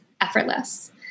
effortless